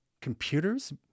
computers